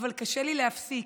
אבל קשה לי להפסיק.